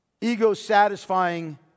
ego-satisfying